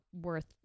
worth